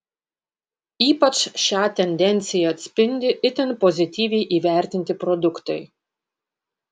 ypač šią tendenciją atspindi itin pozityviai įvertinti produktai